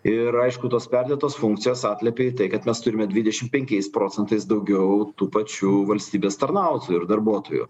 ir aišku tos perdėtos funkcijos atliepia į tai kad mes turime dvidešim penkiais procentais daugiau tų pačių valstybės tarnautojų ir darbuotojų